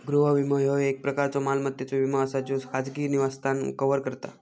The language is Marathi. गृह विमो, ह्यो एक प्रकारचो मालमत्तेचो विमो असा ज्यो खाजगी निवासस्थान कव्हर करता